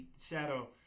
Shadow